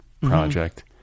project